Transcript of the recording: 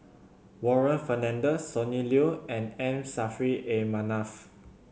Warren Fernandez Sonny Liew and M Saffri A Manaf